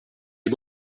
est